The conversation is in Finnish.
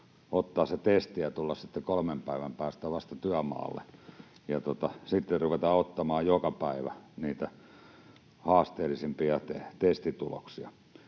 ottaa se testi ja tulla sitten kolmen päivän päästä vasta työmaalle ja sitten ruveta ottamaan joka päivä niitä haasteellisimpia testituloksia.